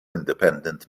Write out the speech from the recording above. independent